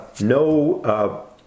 No